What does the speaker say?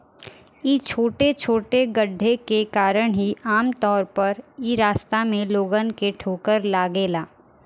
इ छोटे छोटे गड्ढे के कारण ही आमतौर पर इ रास्ता में लोगन के ठोकर लागेला